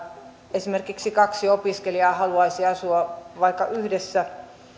esimerkiksi kaksi opiskelijaa haluaisi asua yhdessä